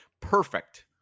perfect